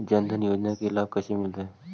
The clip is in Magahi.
जन धान योजना के लाभ कैसे मिलतै?